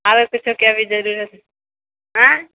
आरो किछुके अभी जरुरत आय